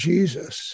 Jesus